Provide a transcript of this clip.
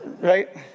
Right